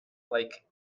like